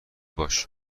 باش